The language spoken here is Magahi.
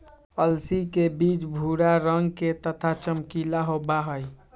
अलसी के बीज भूरा रंग के तथा चमकीला होबा हई